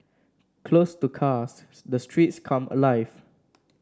closed to cars the streets come alive